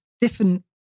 different